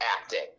acting